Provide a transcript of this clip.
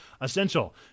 essential